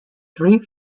three